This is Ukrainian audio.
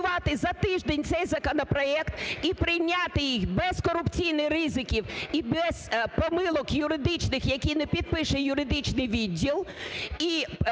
за тиждень цей законопроект і прийняти його без корупційних ризиків і без помилок юридичних, які не підпише юридичний відділ,